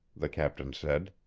the captain said.